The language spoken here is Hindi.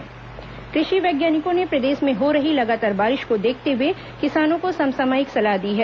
कृषि सलाह कृषि वैज्ञानिकों ने प्रदेश में हो रही लगातार बारिश को देखते हुए किसानों को समसामयिक सलाह दी है